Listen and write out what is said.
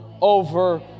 over